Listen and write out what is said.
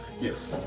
Yes